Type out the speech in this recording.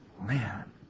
Man